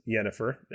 Yennefer